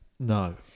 No